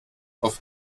auf